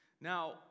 Now